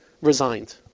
resigned